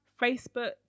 Facebook